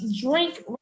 drink